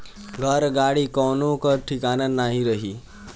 घर, गाड़ी कवनो कअ ठिकान नाइ रही